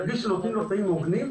ירגיש שנותנים לו תנאים הוגנים,